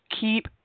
Keep